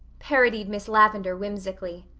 parodied miss lavendar whimsically.